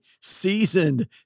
seasoned